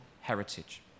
heritage